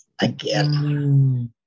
again